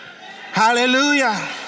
Hallelujah